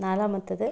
നാലാമത്തത്